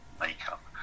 makeup